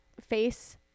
face